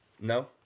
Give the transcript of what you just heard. No